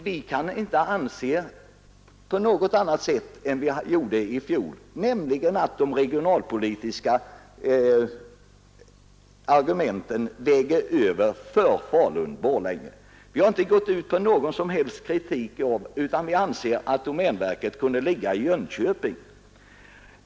Vi har i år samma uppfattning som i fjol, nämligen att de regionalpolitiska argumenten väger över för Falun-Borlänge. Vi anser i och för sig att domänverket lika väl kunde ligga i Jönköping.